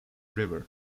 river